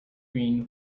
green